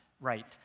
right